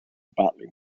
batting